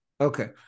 Okay